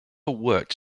worked